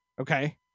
okay